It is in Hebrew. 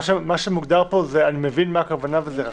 אני מבין את הכוונה של מה שמוגדר פה,